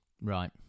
Right